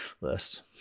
list